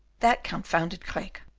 that confounded craeke!